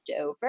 over